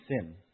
sin